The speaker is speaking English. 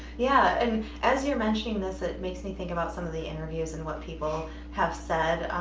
yeah, and as you're mentioning this, it makes me think about some of the interviews and what people have said,